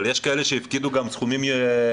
אבל יש כאלה שהפקידו סכומים גבוהים יותר.